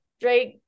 Drake